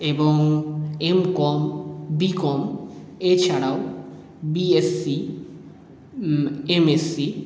এবং M Com B Com এছাড়াও B S C M S C